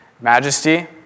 majesty